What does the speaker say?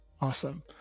Awesome